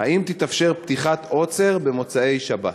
האם תאפשר את פתיחת העוצר במוצאי-שבת?